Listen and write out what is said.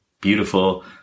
beautiful